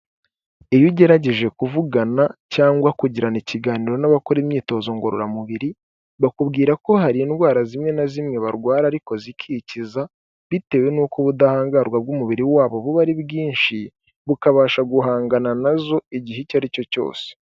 Iyo ugerageje kuvugana cyangwa kugirana ikiganiro n'abakora imyitozo ngororamubiri bakubwira ko hari indwara zimwe na zimwe barwara ariko zikikiza bitewe n'uko ubudahangarwa bw'umubiri wabo buba ari bwinshi, bukabasha guhangana na zo igihe icyo ari cyo cyose.